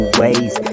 ways